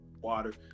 water